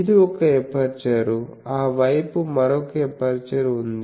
ఇది ఒక ఎపర్చరు ఆ వైపు మరొక ఎపర్చరు ఉంది